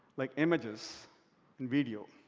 like images and video.